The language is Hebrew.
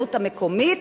העבריינות המקומית